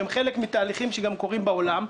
הם חלק מתהליכים שקורים גם בעולם.